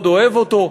מאוד אוהב אותו,